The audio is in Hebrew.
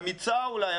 אמיצה אולי,